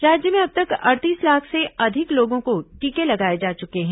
राज्य में अब तक अड़तीस लाख से अधिक लोगों को टीके लगाये जा चुके हैं